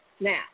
Now